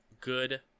good